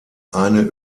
eine